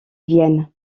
viennent